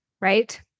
right